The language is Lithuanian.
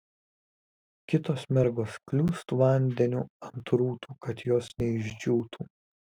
kitos mergos kliūst vandeniu ant rūtų kad jos neišdžiūtų